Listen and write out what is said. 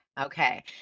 Okay